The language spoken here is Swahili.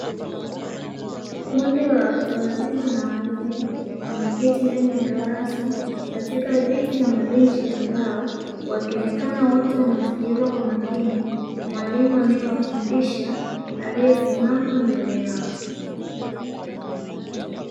Kundi la watu wazima na wazee, wameketi ndani ya darasa katika viti na mabenchi ya mbao, wakionekana wote wanamsikiliza kwa makini mwalimu anae wafundisha aliyesimama mbele yao.